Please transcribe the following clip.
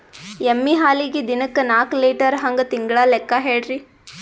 ಎಮ್ಮಿ ಹಾಲಿಗಿ ದಿನಕ್ಕ ನಾಕ ಲೀಟರ್ ಹಂಗ ತಿಂಗಳ ಲೆಕ್ಕ ಹೇಳ್ರಿ?